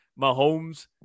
Mahomes